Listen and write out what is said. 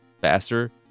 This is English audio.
faster